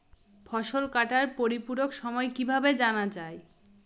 ফসল কাটার পরিপূরক সময় কিভাবে জানা যায়?